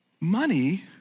Money